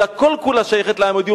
אלא כל כולה שייכת לעם היהודי,